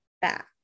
back